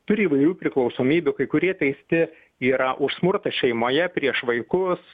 turi įvairių priklausomybių kai kurie teisti yra už smurtą šeimoje prieš vaikus